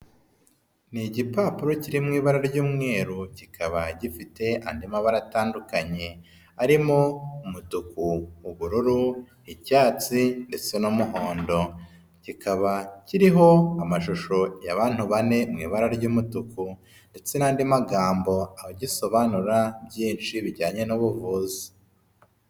Ni igipapuro kiri mu ibara ry'umweru kikaba gifite andi mabara atandukanye arimo umutuku, ubururu, icyatsi ndetse n'umuhondo, kikaba kiriho amashusho y'abantu bane mu ibara ry'umutuku ndetse n'andi magambo agisobanura byinshi bijyanye n'ubuvuzi.